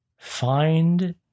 find